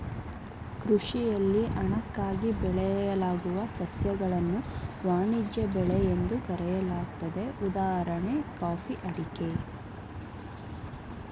ಕೃಷಿಯಲ್ಲಿ ಹಣಕ್ಕಾಗಿ ಬೆಳೆಯಲಾಗುವ ಸಸ್ಯಗಳನ್ನು ವಾಣಿಜ್ಯ ಬೆಳೆ ಎಂದು ಕರೆಯಲಾಗ್ತದೆ ಉದಾಹಣೆ ಕಾಫಿ ಅಡಿಕೆ